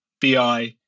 BI